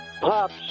Pops